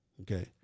Okay